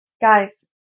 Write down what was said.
guys